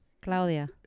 Claudia